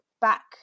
back